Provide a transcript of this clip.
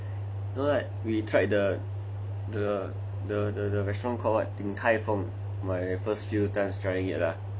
you know right we tried the the the the the restaurant called what Ding Tai Fung my first few times trying it lah